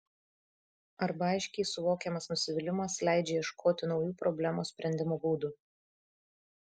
arba aiškiai suvokiamas nusivylimas leidžia ieškoti naujų problemos sprendimo būdų